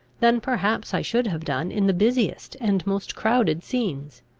than perhaps i should have done in the busiest and most crowded scenes.